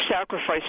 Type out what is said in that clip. sacrifice